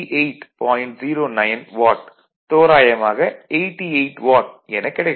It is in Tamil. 09 வாட் தோராயமாக 88 வாட் என கிடைக்கும்